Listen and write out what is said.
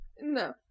No